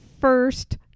first